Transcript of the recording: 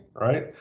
right